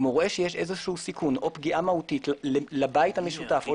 אם הוא רואה שיש סיכון או פגיעה מהותית לבית המשותף או